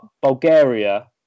bulgaria